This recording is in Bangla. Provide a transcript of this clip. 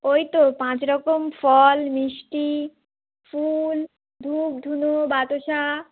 ওই তো পাঁচ রকম ফল মিষ্টি ফুল ধূপ ধুনো বাতাসা